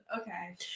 Okay